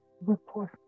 report